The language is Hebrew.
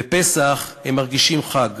בפסח הם מרגישים חג.